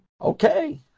Okay